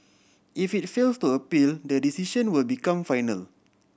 if it fails to appeal the decision will become final